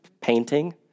Painting